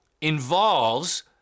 involves